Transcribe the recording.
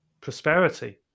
prosperity